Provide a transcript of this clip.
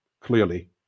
clearly